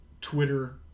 Twitter